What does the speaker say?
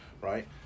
Right